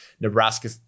Nebraska